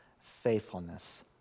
Faithfulness